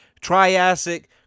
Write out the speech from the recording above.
Triassic